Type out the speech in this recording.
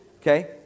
Okay